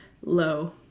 low